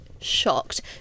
shocked